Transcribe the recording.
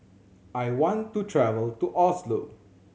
I want to travel to Oslo